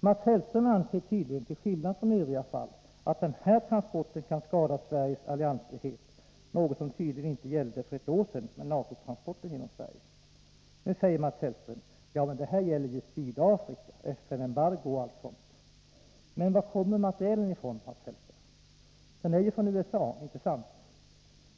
Mats Hellström anser tydligen att den här transporten, till skillnad från övriga fall, kan skada Sveriges alliansfrihet, något som tydligen inte gällde för ett år sedan i fråga om NATO-transporten genom Sverige. Nu säger Mats Hellström: Ja, men detta gäller ju Sydafrika, FN-embargo och allt sådant. Men vad kommer materielen ifrån Mats Hellström? Den är ju från USA, inte sant?